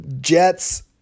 Jets